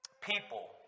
people